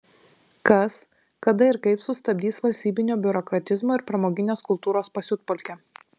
kas kada ir kaip sustabdys valstybinio biurokratizmo ir pramoginės kultūros pasiutpolkę